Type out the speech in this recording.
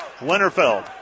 Winterfeld